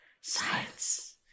science